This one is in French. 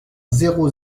zéro